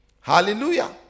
Hallelujah